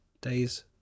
days